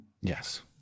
yes